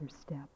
step